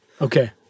Okay